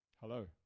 Hello